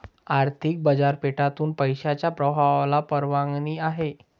आर्थिक बाजारपेठेतून पैशाच्या प्रवाहाला परवानगी आहे